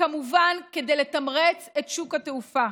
וכמובן כדי לתמרץ את שוק התעופה.